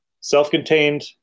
Self-contained